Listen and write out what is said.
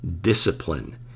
discipline